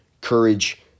courage